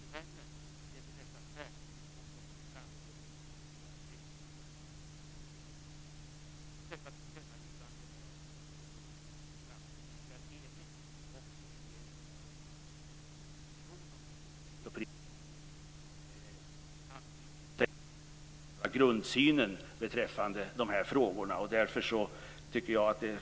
Om detta tillkännagivande är utskottet, som har framgått tidigare, enigt. Regeringen har också i sin proposition om immunitet och privilegier anslutit sig till själva grundsynen beträffande dessa frågor.